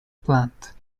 plant